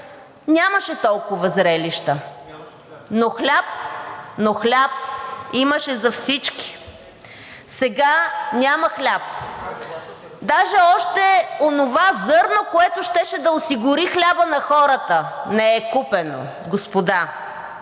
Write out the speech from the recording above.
нямаше толкова зрелища, но хляб имаше за всички. Сега няма хляб. Даже още онова зърно, което щеше да осигури хляба на хората, не е купено, господа.